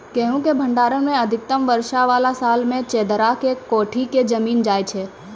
गेहूँ के भंडारण मे अधिक वर्षा वाला साल मे चदरा के कोठी मे जमीन जाय छैय?